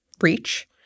reach